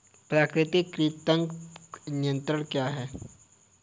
प्राकृतिक कृंतक नियंत्रण क्या है?